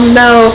no